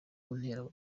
kuntera